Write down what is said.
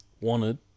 wanted